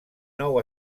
nou